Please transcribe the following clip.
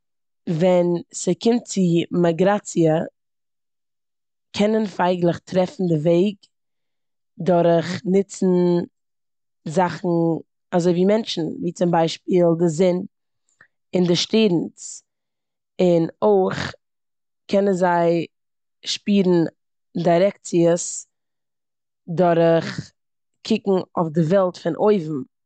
ווען ס'קומט צו מיגראציע קענען פייגלעך טרעפן די וועג דורך נוצן זאכן אזויווי מענטשן. ווי צום ביישפיל די זון און די שטערנס. און אויך קענען זיי שפירן דירעקציעס דורך קענען אויף די וועלט פון אויבן.